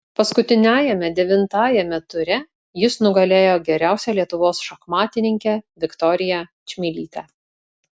paskutiniajame devintajame ture jis nugalėjo geriausią lietuvos šachmatininkę viktoriją čmilytę